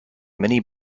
many